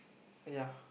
uh ya